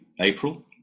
April